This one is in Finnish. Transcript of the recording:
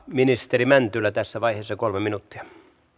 ministeri mäntylä tässä vaiheessa kolme minuuttia